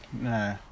Nah